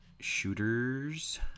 shooters